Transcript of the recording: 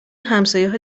همسایهها